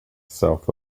south